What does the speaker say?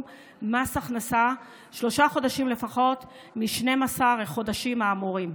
מס הכנסה שלושה חודשים לפחות מ-12 החודשים האמורים.